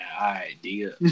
idea